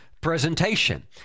presentation